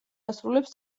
ასრულებს